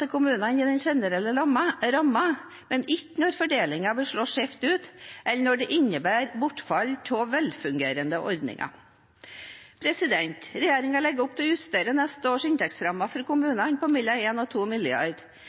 til kommune inn i den generelle ramma, men ikke når fordelingen vil slå svært skjevt ut, eller når det innebærer bortfall av velfungerende ordninger. Regjeringen legger opp til å justere neste års inntektsrammer for